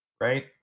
Right